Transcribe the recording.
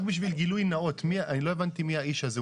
רק בשביל גילוי נאות, לא הבנתי מי האיש הזה.